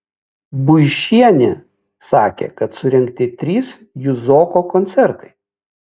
buišienė sakė kad surengti trys juzoko koncertai